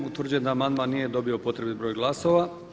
Utvrđujem da amandman nije dobio potrebni broj glasova.